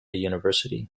university